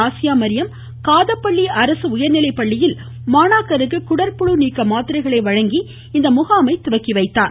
ஆசியாமரியம் காதப்பள்ளி அரசு உயர்நிலைப் பள்ளியில் மாணாக்கருக்கு குடற்புழு நீக்க மாத்திரைகளை வழங்கி இம்முகாமை தொடங்கிவைத்தார்